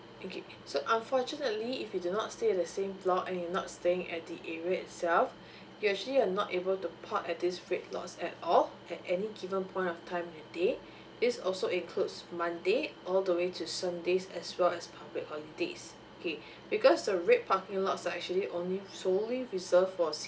okay so unfortunately if you do not stay at the same block and you are not staying at the area itself you actually are not able to park at these red lots at all at any given point of time of the day this also includes monday all the way till sundays as well as public holidays okay because the red parking lots are actually only solely reserved for season